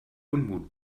unmut